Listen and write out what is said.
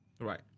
Right